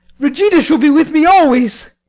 regina shall be with me always.